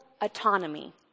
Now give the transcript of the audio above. autonomy